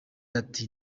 ati